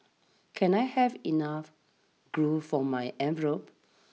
can I have enough glue for my envelopes